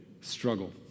struggle